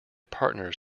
partners